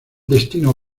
destino